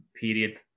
period